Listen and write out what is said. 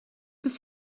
could